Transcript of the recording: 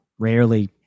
Rarely